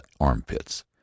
armpits